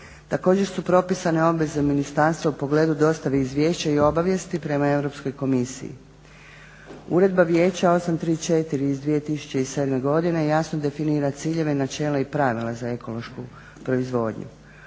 Također su propisane obveze ministarstva u pogledu dostave izvješća i obavijesti prema Europskoj komisiji. Uredba Vijeća 834 iz 2007. jasno definira ciljeve, načela i pravila za ekološku proizvodnju